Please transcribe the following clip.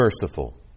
merciful